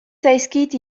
zaizkit